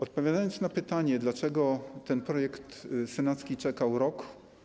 Odpowiadając na pytanie, dlaczego ten projekt senacki czekał rok.